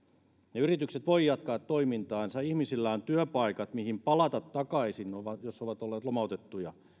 että yritykset voivat jatkaa toimintaansa ihmisillä on työpaikat mihin palata takaisin jos ovat olleet lomautettuja